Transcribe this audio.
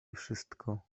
wszystko